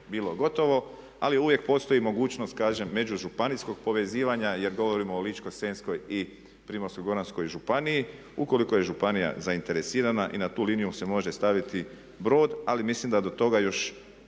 bilo gotovo ali uvijek postoji mogućnost kažem među županijskog povezivanja jer govorimo o Ličko-senjskoj i Primorsko-goranskoj županiji. Ukoliko je županija zainteresirana i na tu liniju se može staviti brod ali mislim da to toga još